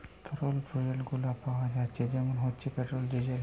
তরল ফুয়েল গুলো পাওয়া যাচ্ছে যেমন হচ্ছে পেট্রোল, ডিজেল